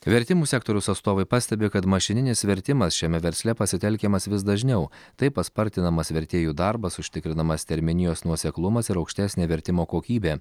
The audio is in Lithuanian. vertimų sektoriaus atstovai pastebi kad mašininis vertimas šiame versle pasitelkiamas vis dažniau taip paspartinamas vertėjų darbas užtikrinamas terminijos nuoseklumas ir aukštesnė vertimo kokybė